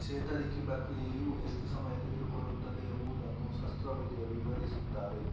ಚೇತರಿಕೆ ಪ್ರಕ್ರಿಯೆಯು ಎಷ್ಟು ಸಮಯ ತೆಗೆದುಕೊಳ್ಳುತ್ತದೆ ಎಂಬುದನ್ನು ಶಸ್ತ್ರ ವೈದ್ಯರು ವಿವರಿಸುತ್ತಾರೆ